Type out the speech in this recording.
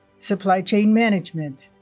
supply chain management,